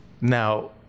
now